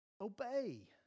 Obey